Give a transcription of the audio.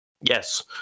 Yes